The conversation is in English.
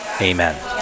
Amen